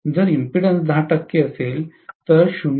जर इम्पीडेन्स 10 टक्के असेल तर 0